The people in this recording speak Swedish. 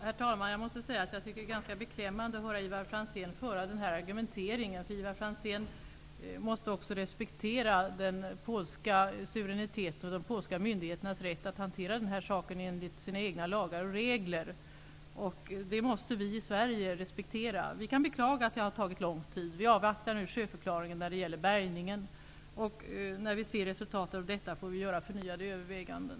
Herr talman! Jag måste säga att jag tycker att det är ganska beklämmande att höra Ivar Franzén föra den här argumenteringen. Ivar Franzén måste också respektera den polska suveräniteten och de polska myndigheternas rätt att hantera den här frågan enligt egna lagar och regler. Det måste vi i Sverige respektera. Vi kan beklaga att det har tagit lång tid. Vi avvaktar nu sjöförklaringen när det gäller bärgningen. När vi ser resultatet av denna får vi göra förnyade överväganden.